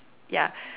ya